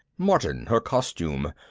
martin, her costume!